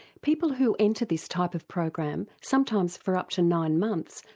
people who enter this type of program, sometimes for up to nine months,